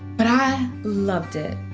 but i loved it.